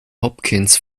hopkins